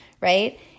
right